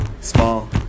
small